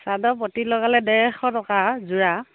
চাদৰ পটি লগালে ডেৰশ টকা যোৰা